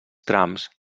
trams